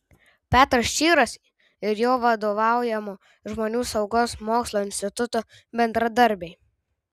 petras čyras ir jo vadovaujamo žmonių saugos mokslo instituto bendradarbiai